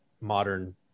modern